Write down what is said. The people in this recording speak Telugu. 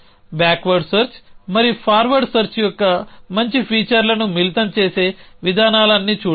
బ్యాక్వర్డ్ సెర్చ్ మరియు ఫార్వర్డ్ సెర్చ్ యొక్క మంచి ఫీచర్లను మిళితం చేసే విధానాన్ని చూడటానికి